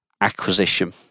acquisition